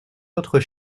autres